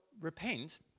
repent